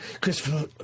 Christopher